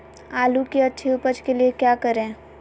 आलू की अच्छी उपज के लिए क्या करें?